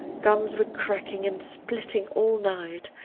guns were cracking and splitting all night,